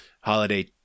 holiday